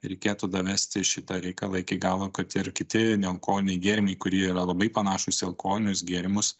reikėtų davesti šitą reikalą iki galo kad ir kiti nealkoholiniai gėrimai kurie yra labai panašūs į alkoholinius gėrimus